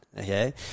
Okay